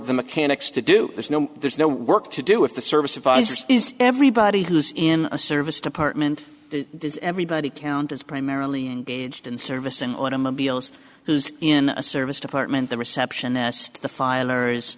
the mechanics to do there's no there's no work to do if the service advisor is everybody who's in a service department does everybody count is primarily engaged in service and automobiles who's in a service department the receptionist the filer is